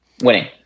winning